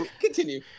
Continue